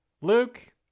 luke